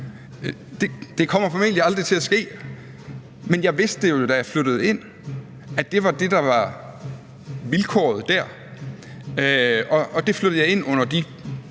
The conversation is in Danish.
Det kommer formentlig aldrig til at ske, men jeg vidste, da jeg flyttede ind, at det var det, der var vilkåret dér, og jeg flyttede ind under det